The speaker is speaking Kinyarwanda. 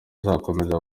izakomeza